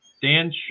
Dan